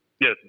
Yes